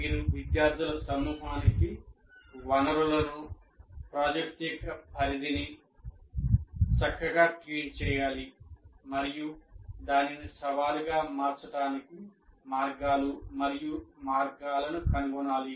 మీరు విద్యార్థుల సమూహానికి వనరులను ప్రాజెక్ట్ యొక్క పరిధిని చక్కగా ట్యూన్ చేయాలి మరియు దానిని సవాలుగా మార్చడానికి మార్గాలు మరియు మార్గాలను కనుగొనాలి